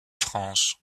france